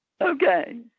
Okay